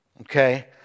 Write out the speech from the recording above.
Okay